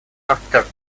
after